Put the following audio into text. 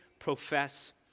profess